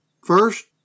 First